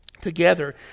together